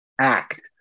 act